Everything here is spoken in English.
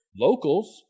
locals